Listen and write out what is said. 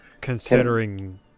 considering